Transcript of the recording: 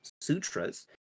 sutras